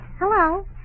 Hello